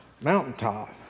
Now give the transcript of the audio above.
Mountaintop